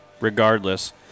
regardless